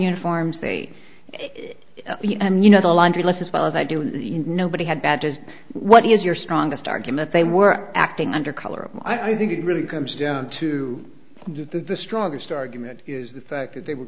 uniforms they and you know the laundry list as well as i do and nobody had bad as what is your strongest argument they were acting under color i think it really comes down to that the strongest argument is the fact that they were